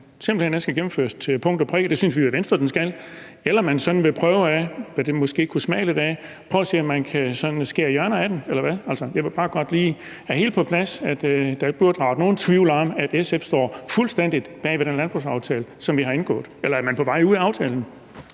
simpelt hen skal gennemføres til punkt og prikke. Det synes vi jo i Venstre den skal. Eller vil man sådan prøve, hvad det måske kunne smage lidt af man vil, at se, om man kan skære hjørner af den, eller hvad? Jeg vil bare godt lige have helt på plads, at der ikke burde være nogen tvivl om, at SF står fuldstændig bag ved den landbrugsaftale, som vi har indgået. Eller er man på vej ud af aftalen?